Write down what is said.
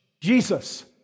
Jesus